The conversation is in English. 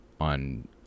on